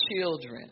children